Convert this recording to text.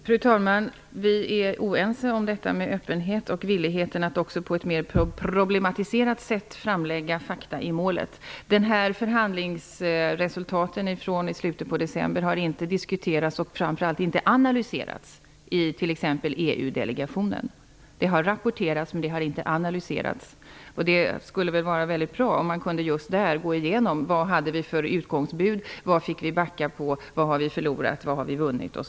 Fru talman! Vi är oense om öppenheten och om villigheten att på ett mera problematiserat sätt framlägga fakta i målet. Förhandlingsresultaten i slutet av december har rapporterats, men de har inte diskuterats och framför allt inte analyserats i EU-delegationen. Det skulle vara bra om man kunde gå igenom vilka utgångsbud vi hade, vad vi fick backa på och vad vi har förlorat och vunnit etc.